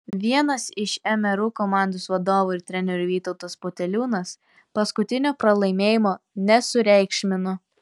vienas iš mru komandos vadovų ir trenerių vytautas poteliūnas paskutinio pralaimėjimo nesureikšmino